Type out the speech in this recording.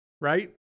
Right